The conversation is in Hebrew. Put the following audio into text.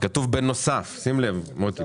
כתוב "בנוסף", שים לב, מוסי.